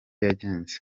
yagenze